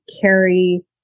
carry